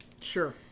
Sure